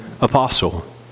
apostle